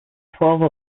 twelve